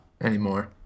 anymore